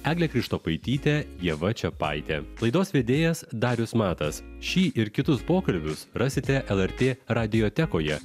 eglė krištopaitytė ieva čepaitė laidos vedėjas darius matas šį ir kitus pokalbius rasite lrt radiotekoje